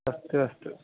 अस्तु अस्तु